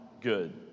good